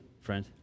friend